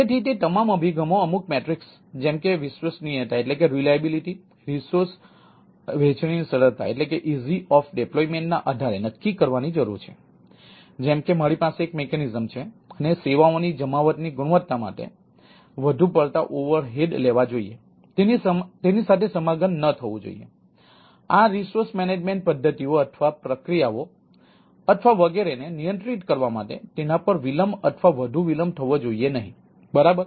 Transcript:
તેથી તે તમામ અભિગમો અમુક મેટ્રિક્સ પદ્ધતિઓ અથવા પ્રક્રિયાઓ અથવા વગેરેને નિયંત્રિત કરવા માટે તેના પર વિલંબ અથવા વધુ વિલંબ થવો જોઈએ નહીં બરાબર